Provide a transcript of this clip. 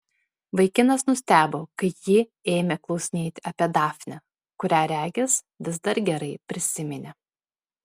vaikinas nustebo kai ji ėmė klausinėti apie dafnę kurią regis vis dar gerai prisiminė